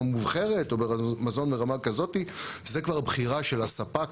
מובחרת או מזון ברמה כזאת - זה כבר בחירה של הספק,